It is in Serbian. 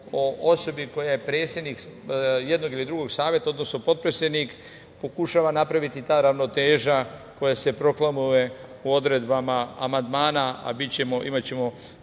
o osobi koja je predsednik jednog ili drugog saveta, odnosno potpredsednik, pokušava napraviti ta ravnoteža koja se proklamovala u odredbama amandmana, a imaćemo